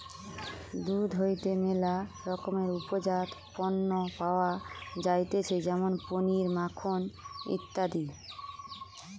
দুধ হইতে ম্যালা রকমের উপজাত পণ্য পাওয়া যাইতেছে যেমন পনির, মাখন ইত্যাদি